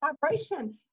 vibration